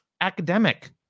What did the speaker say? academic